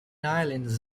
islands